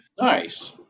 Nice